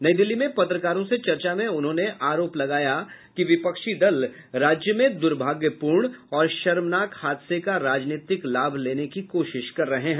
नई दिल्ली में पत्रकारों से चर्चा में उन्होंने आरोप लगाया कि विपक्षी दल राज्य में दुर्भाग्यपूर्ण और शर्मनाक हादसे का राजनीतिक लाभ लेने की कोशिश कर रहे हैं